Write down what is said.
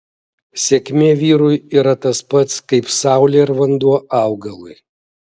sėkmė vyrui yra tas pats kaip saulė ir vanduo augalui